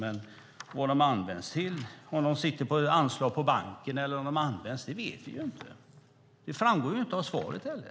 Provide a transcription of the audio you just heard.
Men vad de används till, om de finns på banken eller om de används vet vi inte. Det framgår inte av svaret heller.